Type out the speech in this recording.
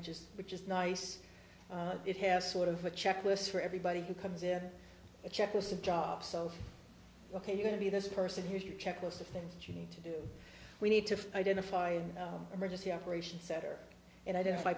which is which is nice it has sort of a checklist for everybody who comes in a checklist of job so ok we're going to be this person here's your checklist of things that you need to do we need to identify an emergency operation center and identify